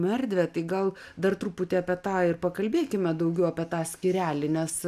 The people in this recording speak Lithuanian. erdvę tai gal dar truputį apie tą ir pakalbėkime daugiau apie tą skyrelį nes